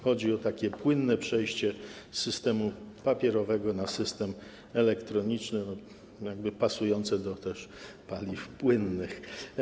Chodzi o takie płynne przejście z systemu papierowego na system elektroniczny, który pasuje też do paliw płynnych.